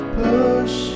push